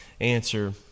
answer